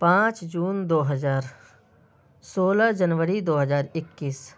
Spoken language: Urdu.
پانچ جون دو ہزار سولہ جنوری دو ہزار اکیس